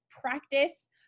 practice